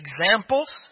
examples